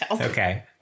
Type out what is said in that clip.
Okay